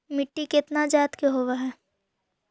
मिट्टी कितना जात के होब हय?